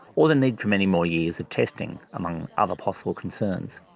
or the need for many more years of testing, among other possible concerns.